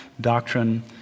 doctrine